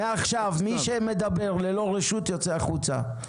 מעכשיו, מי שמדבר ללא רשות יוצא החוצה.